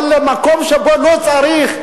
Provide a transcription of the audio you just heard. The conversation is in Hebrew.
אבל למקום שבו לא צריך,